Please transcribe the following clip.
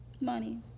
Money